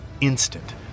instant